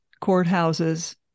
courthouses